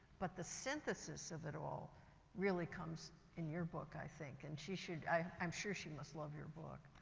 but the synthesis of it all really comes in your book, i think. and she should, i'm sure she must love your book.